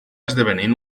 esdevenint